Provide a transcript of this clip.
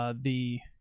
ah the.